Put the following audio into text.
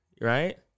Right